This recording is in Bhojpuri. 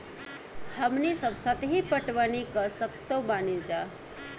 हमनी सब सतही पटवनी क सकतऽ बानी जा